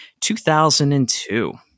2002